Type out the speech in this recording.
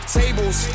tables